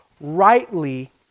rightly